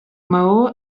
maó